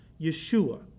Yeshua